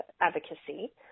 advocacy